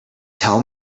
tell